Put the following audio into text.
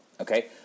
okay